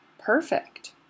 perfect